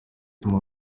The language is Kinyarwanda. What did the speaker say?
ituma